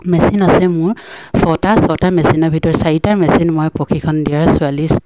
machine আছে মোৰ ছটা ছটা মেচিনৰ ভিতৰত চাৰিটা মেচিন মই প্ৰশিক্ষণ দিয়াৰ ছোৱালী